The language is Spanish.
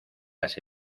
las